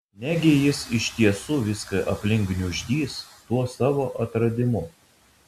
negi jis iš tiesų viską aplink gniuždys tuo savo atradimu